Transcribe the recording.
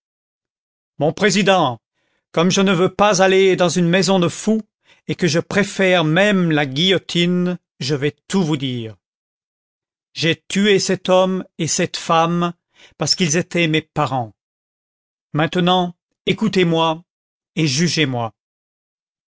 mon président comme je ne veux pas aller dans une maison de fous et que je préfère même la guillotine je vais tout vous dire j'ai tué cet homme et cette femme parce qu'ils étaient mes parents maintenant écoutez-moi et jugez-moi